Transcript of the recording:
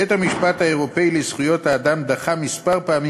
בית-המשפט האירופי לזכויות האדם דחה כמה פעמים